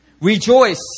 Rejoice